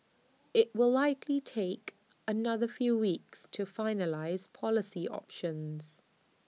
IT will likely take another few weeks to finalise policy options